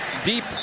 Deep